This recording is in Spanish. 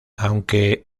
aunque